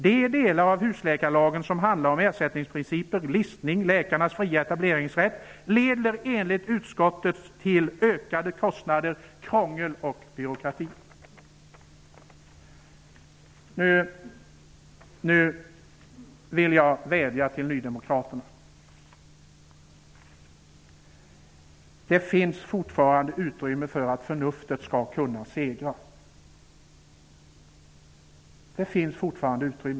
De delar av husläkarlagen som handlar om ersättningsprinciper, listning och läkarnas fria etableringsrätt leder enligt utskottet till ökade kostnader, krångel och byråkrati.'' Nu vill jag vädja till nydemokraterna: Det finns fortfarande utrymme för att förnuftet skall kunna segra.